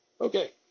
Okay